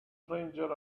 stranger